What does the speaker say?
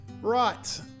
right